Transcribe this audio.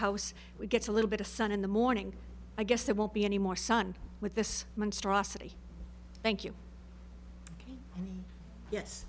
house we get a little bit of sun in the morning i guess there won't be any more sun with this monstrosity thank you